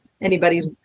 Anybody's